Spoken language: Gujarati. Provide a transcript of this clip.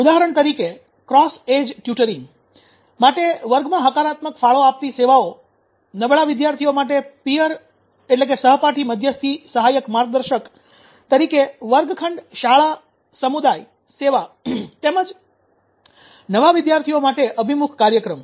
ઉદાહરણ તરીકે ક્રોસ એજ ટ્યુરિંગ માટે વર્ગમાં હકારાત્મક ફાળો આપતી સેવાઓ નબળા વિદ્યાર્થીઓ માટે પીઅર સહપાઠી મધ્યસ્થી સહાયક માર્ગદર્શક તરીકે વર્ગખંડ શાળા સમુદાય સેવા તેમજ નવા વિદ્યાર્થીઓ માટે અભિમુખ કાર્યક્રમ